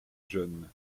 jeunes